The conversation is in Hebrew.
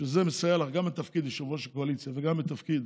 שזה מסייע לך גם בתפקיד יושבת-ראש הקואליציה וגם בתפקיד